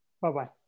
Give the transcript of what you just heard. Bye-bye